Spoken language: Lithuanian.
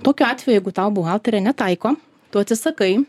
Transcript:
tokiu atveju jeigu tau buhalterė netaiko tu atsisakai